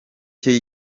cye